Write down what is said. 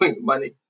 money